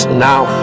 now